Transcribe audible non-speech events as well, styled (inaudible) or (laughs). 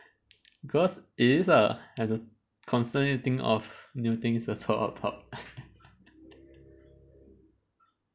because it is lah have to constantly think of new things to talk about (laughs)